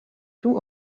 two